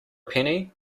penny